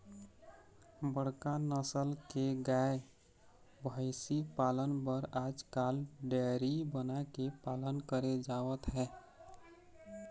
बड़का नसल के गाय, भइसी पालन बर आजकाल डेयरी बना के पालन करे जावत हे